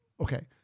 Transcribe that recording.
Okay